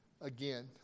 again